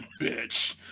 bitch